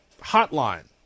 hotline